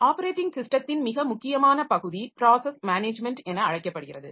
operating ஸிஸ்டத்தின் மிக முக்கியமான பகுதி ப்ராஸஸ் மேனேஜ்மென்ட் என அழைக்கப்படுகிறது